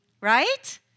right